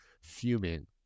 fuming